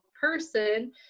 person